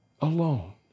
alone